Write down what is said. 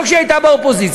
גם כשהיא הייתה באופוזיציה,